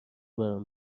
برام